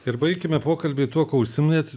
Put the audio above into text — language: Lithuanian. ir baikime pokalbį tuo kuo užsiminėt